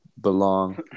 belong